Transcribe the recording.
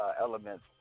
elements